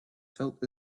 felt